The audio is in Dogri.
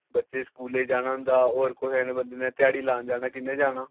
बच्चें स्कूलै जाना होंदा कुसै ध्याड़ी लान जाना कि'यां जाना